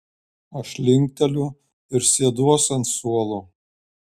aš linkteliu ir sėduos ant suolo